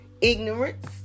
ignorance